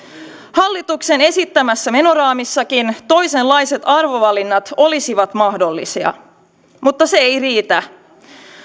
hallituksen esittämässä menoraamissakin toisenlaiset arvovalinnat olisivat mahdollisia mutta se ei riitä